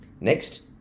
next